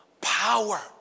power